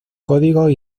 códigos